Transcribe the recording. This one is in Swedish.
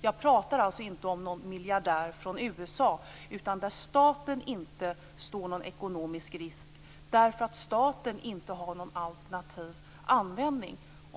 Jag pratar alltså inte om någon miljardär från USA, utan om när staten inte står någon ekonomisk risk därför att staten inte har någon alternativ användning.